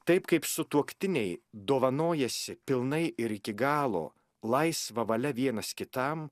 taip kaip sutuoktiniai dovanojasi pilnai ir iki galo laisva valia vienas kitam